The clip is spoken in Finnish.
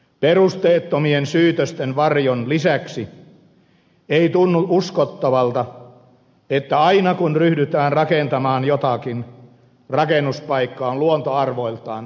perusteettomien syytösten varjon lisäksi ei tunnu uskottavalta että aina kun ryhdytään rakentamaan jotakin rakennuspaikka on luontoarvoiltaan ainutkertainen maailmassa